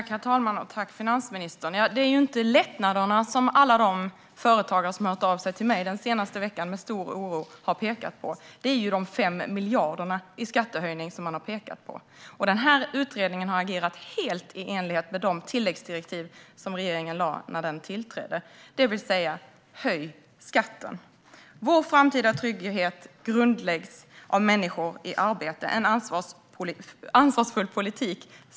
Herr talman! Tack, finansministern, för svaret! Det är ju inte lättnaderna som alla de företagare som med stor oro har hört av sig till mig under den senaste veckan har pekat på, utan det är de 5 miljarderna i skattehöjningar som de har pekat på. Utredningen har agerat helt i enlighet med de tilläggsdirektiv som regeringen lade när den tillträdde, det vill säga: Höj skatten! Vår framtida trygghet grundläggs av människor i arbete och en ansvarsfull politik.